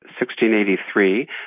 1683